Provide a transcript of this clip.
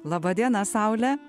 laba diena saule